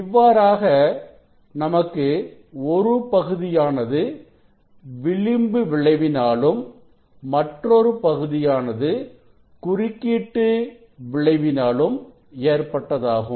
இவ்வாறாக நமக்கு ஒரு பகுதியானது விளிம்பு விளைவினாளும் மற்றொரு பகுதியானது குறுக்கீட்டு விளைவினாளும் ஏற்பட்டதாகும்